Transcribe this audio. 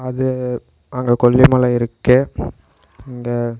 அது அங்கே கொல்லிமலை இருக்குது அங்கே